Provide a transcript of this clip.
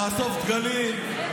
תאסוף דגלים,